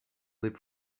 live